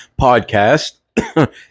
podcast